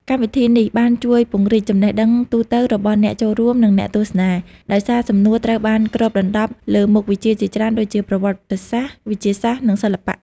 កម្មវិធីនេះបានជួយពង្រីកចំណេះដឹងទូទៅរបស់អ្នកចូលរួម និងអ្នកទស្សនា ដោយសារសំណួរត្រូវបានគ្របដណ្ដប់លើមុខវិជ្ជាជាច្រើនដូចជា ប្រវត្តិសាស្ត្រ វិទ្យាសាស្ត្រ និងសិល្បៈ។